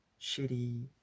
shitty